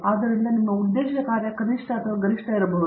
ಆದ್ದರಿಂದ ನಿಮ್ಮ ಉದ್ದೇಶ ಕಾರ್ಯ ಕನಿಷ್ಠ ಅಥವಾ ಗರಿಷ್ಠ ಇರಬಹುದು